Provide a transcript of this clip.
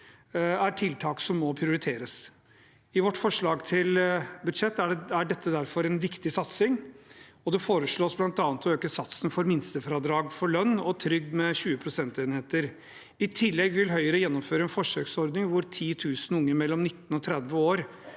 er tiltak som må prioriteres. I vårt forslag til budsjett er dette derfor en viktig satsing. Det foreslås bl.a. å øke satsen for minstefradrag for lønn og trygd med 20 prosentenheter. I tillegg vil Høyre gjennomføre en forsøksordning hvor 10 000 unge mellom 19 og 30 år